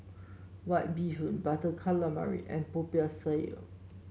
White Bee Hoon Butter Calamari and Popiah Sayur